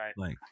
right